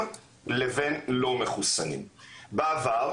כי אנחנו רואים מה קורה בעולם,